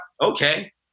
Okay